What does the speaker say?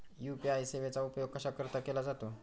UPI सेवेचा उपयोग कशाकरीता केला जातो?